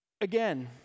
Again